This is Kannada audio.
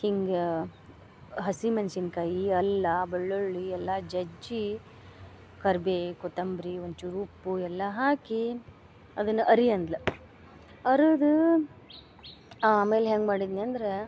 ಹಿಂಗೆ ಹಸಿಮೆನ್ಸಿನ್ಕಾಯಿ ಅಲ್ಲ ಬೆಳ್ಳುಳ್ಳಿ ಎಲ್ಲ ಜಜ್ಜಿ ಕರ್ಬೇವು ಕೊತ್ತಂಬರಿ ಒಂಚೂರು ಉಪ್ಪು ಎಲ್ಲಾ ಹಾಕಿ ಅದನ್ನ ಅರಿ ಅಂದ್ಲು ಅರದ ಆಮೇಲೆ ಹೆಂಗೆ ಮಾಡಿದ್ನಿ ಅಂದ್ರೆ